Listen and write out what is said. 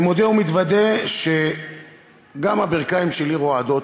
אני מודה ומתוודה שגם הברכיים שלי רועדות,